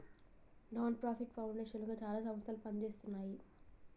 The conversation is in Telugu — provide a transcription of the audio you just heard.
నాన్ ప్రాఫిట్ పౌండేషన్ లుగా చాలా సంస్థలు పనిజేస్తున్నాయి